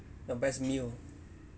the best meal